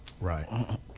Right